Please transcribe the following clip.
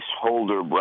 holder